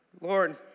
Lord